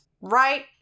right